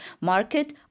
market